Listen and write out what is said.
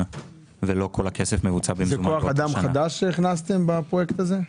ולא כל הכסף מבוצע ב --- זה כוח אדם חדש שהכנסתם בפרויקט הזה?